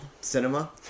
cinema